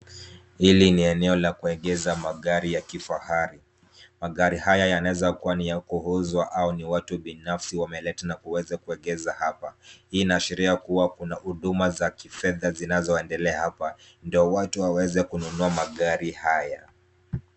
Hili ni eneo la kuegesha magari ya kifahari. Magari haya yanaweza kuwa ni ya kuuzwa au ni watu binafsi wameleta na kuweza kuegesha hapa. Hii inaashiria kuwa kuna huduma za kifedha zinazoendelea hapa, ndio watu waweze kununua magari haya.